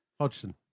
Hodgson